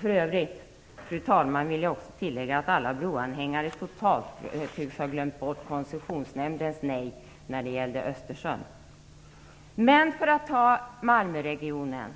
För övrigt, fru talman, vill jag tillägga att alla broanhängare totalt tycks ha glömt bort Koncessionsnämndens nej när det gällde Låt oss se på Malmöregionen.